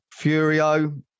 Furio